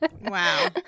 Wow